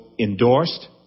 endorsed